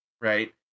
right